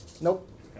Nope